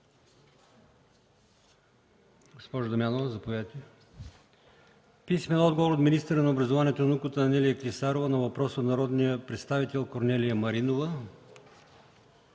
Дамянова; - министъра на образованието и науката Анелия Клисарова на въпрос от народния представител Корнелия Маринова;